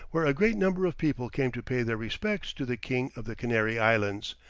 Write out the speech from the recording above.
where a great number of people came to pay their respects to the king of the canary islands,